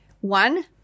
One